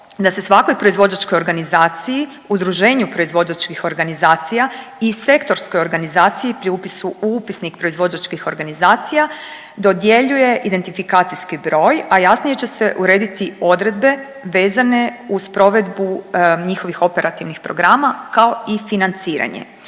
da se svakoj proizvođačkoj organizaciji, udruženju proizvođačkih organizacija i sektorskoj organizaciji pri upisu u upisnik proizvođačkih organizacija dodjeljuje identifikacijski broj, a jasnije će se urediti odredbe vezane uz provedbu njihovih operativnih programa, kao i financiranje.